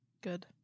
good